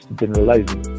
generalizing